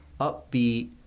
upbeat